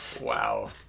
Wow